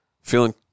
feeling